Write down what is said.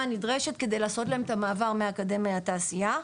הנדרשת כדי לעשות להם את המעבר מאקדמיה לתעשייה.